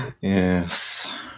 Yes